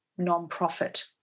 nonprofit